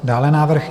Dále návrh